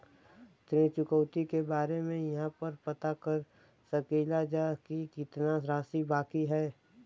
ऋण चुकौती के बारे इहाँ पर पता कर सकीला जा कि कितना राशि बाकी हैं?